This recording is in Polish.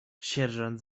sierżant